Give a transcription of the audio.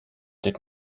did